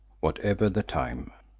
whatever the time.